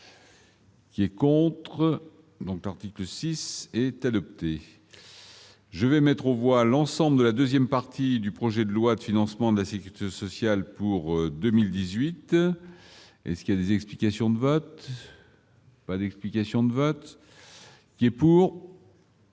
Qui est contre l'article 6 est adopté. Je vais mettre aux voix l'ensemble de la 2ème partie du projet de loi de financement de la Sécurité sociale pour 2018. Et ce qui des explications de vote, pas d'explication de vote qui est pour.